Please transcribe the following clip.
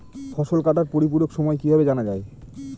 ফসল কাটার পরিপূরক সময় কিভাবে জানা যায়?